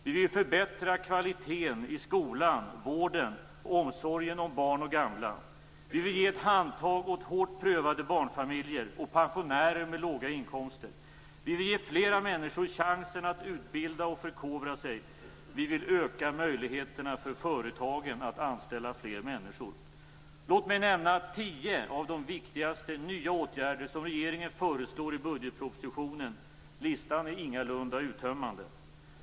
Vi vill förbättra kvaliteten i skolan, vården och omsorgen om barn och gamla. Vi vill ge ett handtag åt hårt prövade barnfamiljer och pensionärer med låga inkomster. Vi vill ge flera människor chansen att utbilda och förkovra sig. Vi vill öka möjligheterna för företagen att anställa fler människor. Låt mig nämna tio av de viktigaste nya åtgärder som regeringen föreslår i budgetpropositionen. Listan är ingalunda uttömmande.